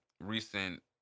recent